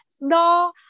No